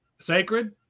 Sacred